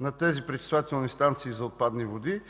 на тези пречиствателни станции за отпадни води